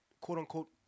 quote-unquote